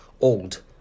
old